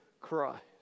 Christ